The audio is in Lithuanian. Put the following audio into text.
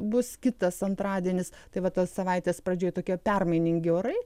bus kitas antradienis tai va tos savaitės pradžioj tokie permainingi orai